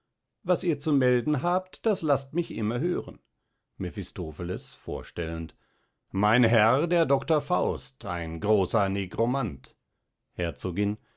was ihr zu melden habt das laßt mich immer hören mephistopheles vorstellend mein herr der doctor faust ein großer negromant herzogin